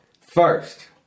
first